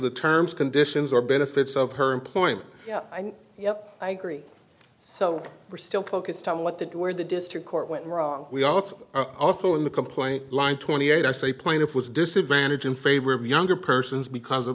the terms conditions or benefits of her employment yes i agree so we're still focused on what that where the district court went wrong we are also in the complaint line twenty eight i say plaintiff was disadvantage in favor of younger persons because